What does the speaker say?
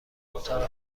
اتاق